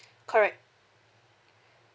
correct